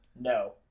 No